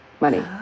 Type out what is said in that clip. money